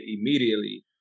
immediately